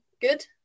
good